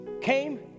came